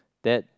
that